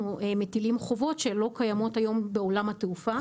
מטילים חובות שלא קיימות היום בעולם התעופה.